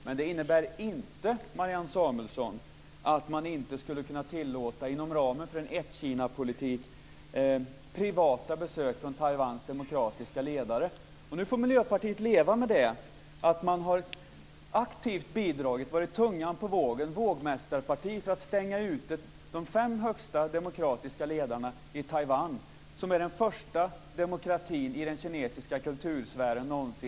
Men det innebär inte, Marianne Samuelsson, att man inte skulle kunna tillåta privata besök från Nu får Miljöpartiet leva med att man aktivt har bidragit till, varit tungan på vågen eller vågmästarparti, att stänga ute dem fem högsta demokratiska ledarna i Taiwan. Taiwan är den första demokratin i den kinesiska kultursfären någonsin.